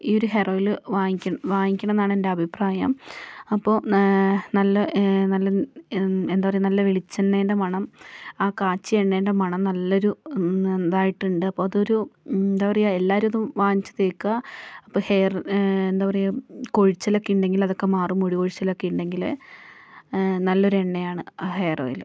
ഈയൊരു hair oil വാങ്ങിക്ക് വാങ്ങിക്കണമെന്നാണ് എന്റെ അഭിപ്രായം അപ്പോൾ നല്ല നല്ല ന്ന എന്താ പറയുക നല്ല വെളിച്ചെണ്ണേന്റെ മണം ആ കാച്ചിയ എണ്ണേന്റെ മണം നല്ലൊരു നല്ലൊരു ഇതായിട്ടുണ്ട് അപ്പോൾ അതൊരു എന്താ പറയുക എല്ലാവരും അത് വാങ്ങിച്ച് തേക്കുക അപ്പോൾ ഹെയര് എന്താ പറയുക കൊഴിച്ചിലൊക്കെ ഉണ്ടെങ്കിൽ അതൊക്കെ മാറും മുടി കൊഴിച്ചിലൊക്കെ ഉണ്ടെങ്കിൽ നല്ലൊരു എണ്ണയാണ് ആ ഹെയര് ഓയിൽ